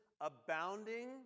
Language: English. abounding